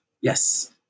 Yes